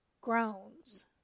Groans